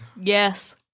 Yes